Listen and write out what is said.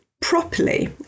properly